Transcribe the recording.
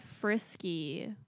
frisky